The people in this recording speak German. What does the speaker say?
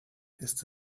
ist